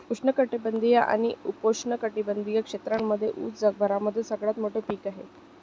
उष्ण कटिबंधीय आणि उपोष्ण कटिबंधीय क्षेत्रांमध्ये उस जगभरामध्ये सगळ्यात मोठे पीक आहे